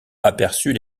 aperçut